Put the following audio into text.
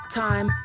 time